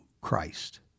Christ